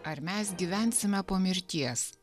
ar mes gyvensime po mirties